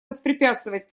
воспрепятствовать